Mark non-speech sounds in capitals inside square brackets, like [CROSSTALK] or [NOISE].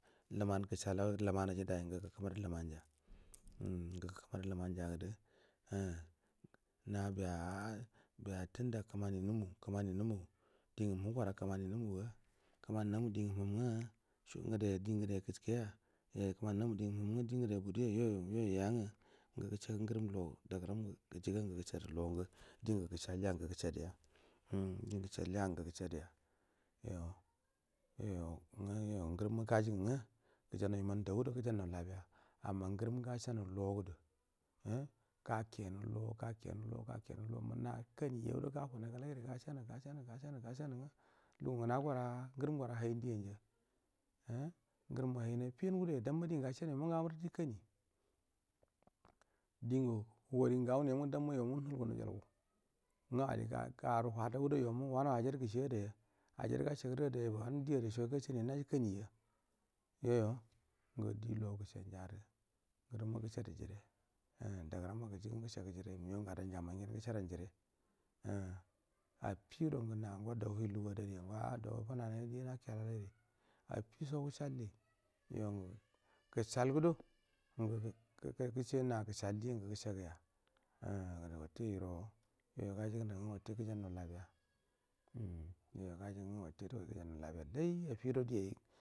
Lumangusha lau luman ai rad ai yai ngu gakku madu luman ja umm ngu gukku madu la manja a gudu umm na biiya a biya tanda kmani numu knani numi din ga muhum gora kmani nu numu ga kmani namu di ngu muhum nga din gude kisheya ye kman na mu din gu muhum nga din gade budu yay o yu yangel ngu gushe ggu ngarum lo dag ram ngu gujigu ngu gushe daya umm yo yo ngu yoyo ngurum ma gajigunga gajan nau yiman da ba do ga jan nau labiya amma ngura mma gashe nu lo gadu umm jake nu lo ga ke nu lo gakenu lo munna kani jado ga fu nai gulai du ga she nu gashenu ga shell gaaashenu ga she nu nga lugu nguna gora ngurum gora hayin diyan ja ummugurum hain affi an gudo ya dan ma din gel gashe nu yo mungu amurudu kani din gu hugori ngu ga wunu yo munga damma yu mungu nu hu llu nujai gu [UNINTELLIGIBLE] garu fadau do yo ma wanuba ajira gashe ada ya ajiru gas he garu ada yaba wanu dia daso gasheni aru naji karai ja yo ngudi lo gu shen jaru ngurumm gushed jire umm da gu ramma gujigu ngu gushegu jire migau nga ndan jammai ngen gushe dan jire umm afficlo nguna ngo dau wuhi lugu adari a a ngido funai dinaka alairi offiso uushalli yo ngu gushau gudo ngu ga guy u gushe na gashal dia ngu gushegu gujan nau labiya umm yoyo gajigu ngu watte du goi gujan nau labiyakai affido ai.